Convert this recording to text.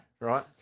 Right